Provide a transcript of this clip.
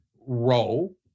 role